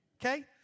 Okay